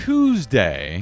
Tuesday